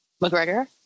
McGregor